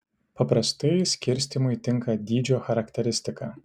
paprastai skirstymui tinka dydžio charakteristika